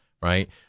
right